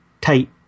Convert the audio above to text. tight